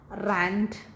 rant